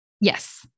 Yes